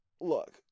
look